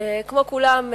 כמו כולם,